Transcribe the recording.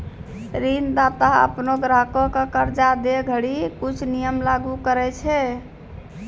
ऋणदाता अपनो ग्राहक क कर्जा दै घड़ी कुछ नियम लागू करय छै